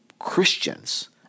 Christians